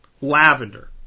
lavender